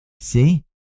See